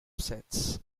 sets